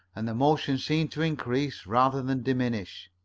and the motion seemed to increase rather than diminish.